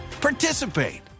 participate